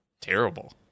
Terrible